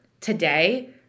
today